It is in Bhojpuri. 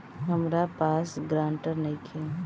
हमरा पास ग्रांटर नइखे?